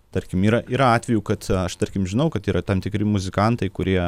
tarkim yra yra atvejų kad aš tarkim žinau kad yra tam tikri muzikantai kurie